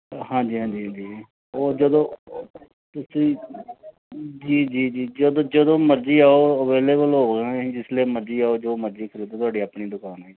ਹਾਂਜੀ ਹਾਂਜੀ ਹਾਂਜੀ ਉਹ ਜਦੋਂ ਤੁਸੀਂ ਜੀ ਜੀ ਜੀ ਜਦੋਂ ਜਦੋਂ ਮਰਜ਼ੀ ਆਓ ਅਵੇਲੇਬਲ ਹੋਵਾਂਗੇ ਅਸੀਂ ਜਿਸ ਵੇਲੇ ਮਰਜ਼ੀ ਆਓ ਜੋ ਮਰਜ਼ੀ ਖਰੀਦੋ ਤੁਹਾਡੀ ਆਪਣੀ ਦੁਕਾਨ ਹੈ